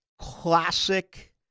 classic